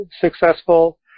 successful